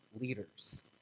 leaders